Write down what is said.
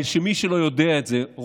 מי שלא יודע את זה,